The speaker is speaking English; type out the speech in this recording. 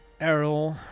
Errol